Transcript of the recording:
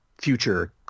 future